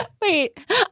Wait